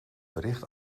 bericht